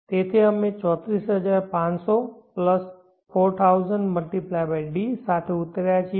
તેથી અમે 34500 plus 4000 d સાથે ઉતર્યા છીએ